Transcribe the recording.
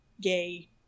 gay